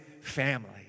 family